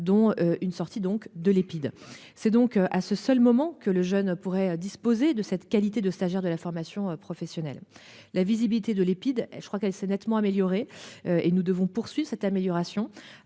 dont une sortie donc de l'Epide. C'est donc à ce seul moment que le jeune pourrait disposer de cette qualité de stagiaire de la formation professionnelle. La visibilité de l'Epide et je crois qu'elle s'est nettement améliorée et nous devons poursuit cette amélioration